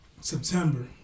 September